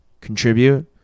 contribute